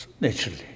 naturally